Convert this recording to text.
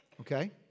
Okay